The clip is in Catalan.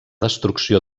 destrucció